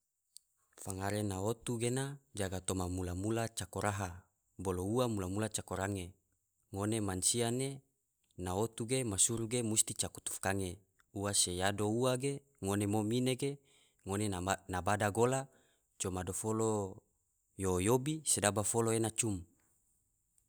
Fangare na otu gena jaga toma mula mula cako raha, bolo ua mula mula cako range, ngone mansia ne na otu ge masuru musti cako tufkange, ua se yado ua ge ngone mom ine ge ngone na bada gola coma dofolo yo yobi sedaba folo ena cum.